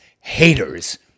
Haters